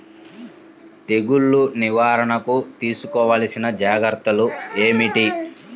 తెగులు నివారణకు తీసుకోవలసిన జాగ్రత్తలు ఏమిటీ?